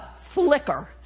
flicker